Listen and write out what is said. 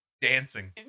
dancing